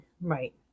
right